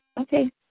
Okay